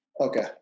okay